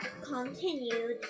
continued